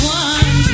one